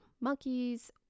monkeys